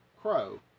Crow